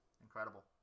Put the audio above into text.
incredible